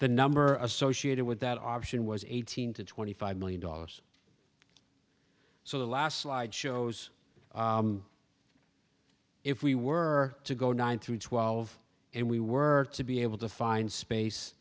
the number associated with that option was eighteen to twenty five million dollars so the last slide shows if we were to go nine through twelve and we were to be able to find space